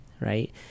right